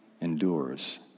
endures